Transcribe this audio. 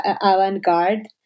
avant-garde